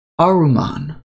Aruman